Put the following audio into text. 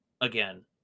again